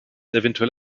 eventuell